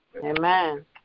Amen